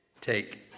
Take